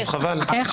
אז תגיד: אני לא מסוגל,